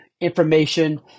Information